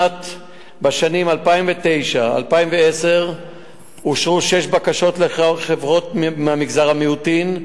בשנים 2009 2010 אושרו שש בקשות לחברות ממגזר המיעוטים,